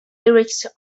lyrics